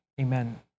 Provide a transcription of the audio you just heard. Amen